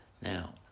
Now